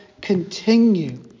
continue